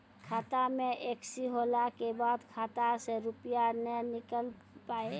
खाता मे एकशी होला के बाद खाता से रुपिया ने निकल पाए?